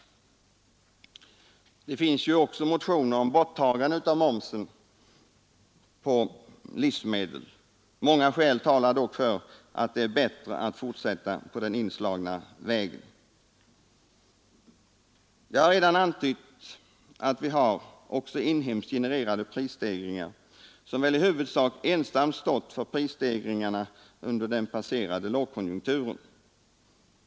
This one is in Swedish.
Det finns ju också motioner om borttagande av momsen på livsmedel. Många skäl talar dock att det är bättre att fortsätta på den inslagna vägen. Jag har redan antytt att vi har också inhemskt genererade prisstegringar som väl i huvudsak ensamma utgjort prisstegringarna under den passerade långkonjunkturen.